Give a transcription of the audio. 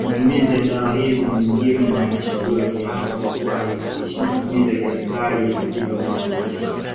Matumizi ya dawa hizi ni muhimu na yanashauriwa kiafya kwa kuwa haihusishi matumizi ya kemikali katika utengenezaji wake.